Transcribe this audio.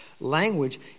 language